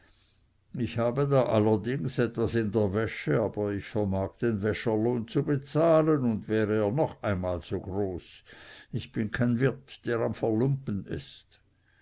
ich habe da allerdings etwas in der wäsche aber ich vermag den wäscherlohn zu bezahlen und wäre er noch einmal so groß ich bin kein wirt der am verlumpen ist